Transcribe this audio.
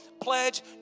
pledge